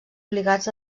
obligats